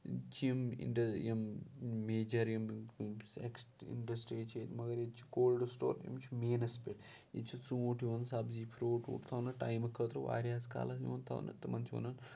چھِ یِم اِنڈٔ یِم میجَر یِم اِنڈَسٹرٛیٖز چھِ ییٚتہِ مَگر ییٚتہِ چھِ کولڈٕ سٕٹور یِم چھِ مینَس پؠٹھ ییٚتہِ چھِ ژوٗنٹھۍ یِوان سبزی فرٛوٗٹ ووٗٹ تھاونہٕ ٹایمہٕ خٲطرٕ واریاہَس کالَس یِوان تھاونہٕ تِمَن چھِ وَنان